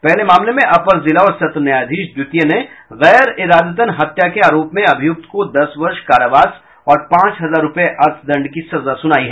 पहले मामले में अपर जिला और सत्र न्यायाधीश द्वितीय ने गैर इरादतन हत्या के आरोप में अभियुक्त को दस वर्ष कारावास और पांच हजार रुपये अर्थदंड की सजा सुनायी